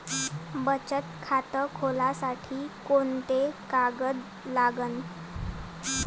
बचत खात खोलासाठी कोंते कागद लागन?